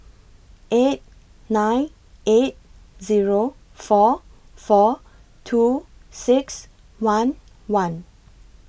eight nine eight four four two six one one